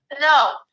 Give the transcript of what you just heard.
no